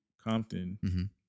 Compton